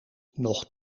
nog